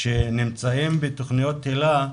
שנמצאים בתוכניות היל"ה,